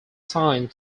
signed